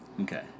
Okay